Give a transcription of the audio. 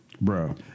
Bro